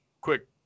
quick